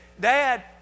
Dad